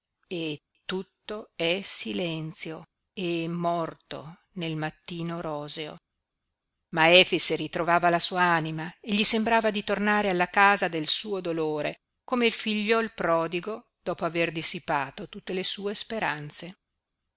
e tutto è silenzio e morto nel mattino roseo ma efix ritrovava la sua anima e gli sembrava di tornare alla casa del suo dolore come il figliol prodigo dopo aver dissipato tutte le sue speranze